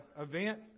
event